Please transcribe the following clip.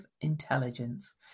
intelligence